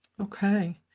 Okay